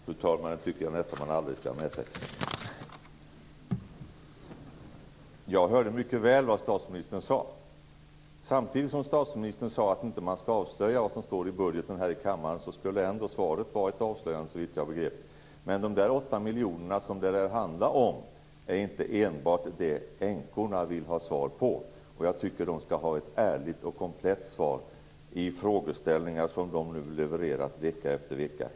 Fru talman! Det tycker jag att man nästan aldrig skall ha med sig. Jag hörde mycket väl vad statsministern sade. Samtidigt som statsministern sade att man inte här skall avslöja vad som står i budgeten skulle ändå svaret vara ett avslöjande, såvitt jag begrep. De 8 miljoner som det här handlar om är inte det enda änkorna vill ha besked om. Jag tycker att de skall ha ett ärligt och komplett svar på de frågor de levererat vecka efter vecka.